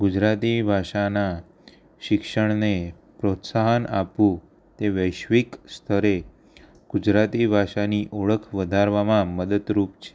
ગુજરાતી ભાષાનાં શિક્ષણને પ્રોત્સાહન આપવું તે વૈશ્વિક સ્તરે ગુજરાતી ભાષાની ઓળખ વધારવામાં મદદ રૂપ છે